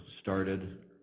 started